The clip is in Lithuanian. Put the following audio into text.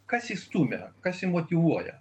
kas jį stumia kas jį motyvuoja